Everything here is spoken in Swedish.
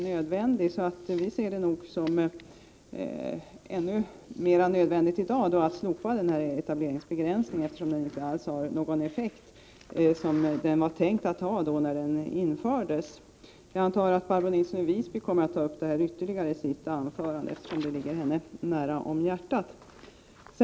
Inom centern ser vi det som nödvändigt att nu slopa etaberingsbegränsningen, eftersom den inte alls haft den effekt som den var tänkt att ha när den infördes. Jag antar att Barbro Nilsson i Visby kommer att ta upp detta ytterligare i sitt anförande, eftersom det ligger henne varmt om hjärtat.